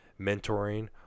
mentoring